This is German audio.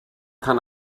kann